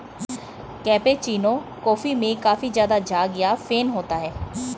cappuccino coffee में काफी ज़्यादा झाग या फेन होता है